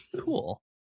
cool